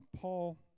Paul